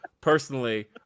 personally